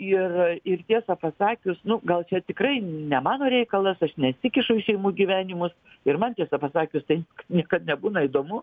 ir ir tiesą pasakius nu gal čia tikrai ne mano reikalas aš nesikišu šeimų gyvenimus ir man tiesą pasakius tai niekad nebūna įdomu